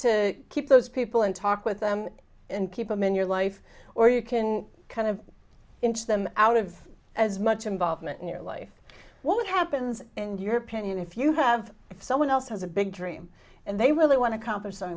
to keep those people and talk with them and keep them in your life or you can kind of inch them out of as much involvement in your life what happens and your opinion if you have someone else has a big dream and they really want to accomplish so